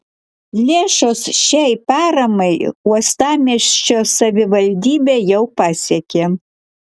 lėšos šiai paramai uostamiesčio savivaldybę jau pasiekė